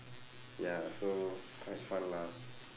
ya so quite fun lah